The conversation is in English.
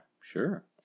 sure